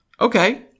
okay